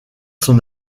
son